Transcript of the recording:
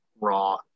raw